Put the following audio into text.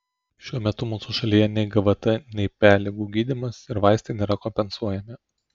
šiuo metu mūsų šalyje nei gvt nei pe ligų gydymas ir vaistai nėra kompensuojami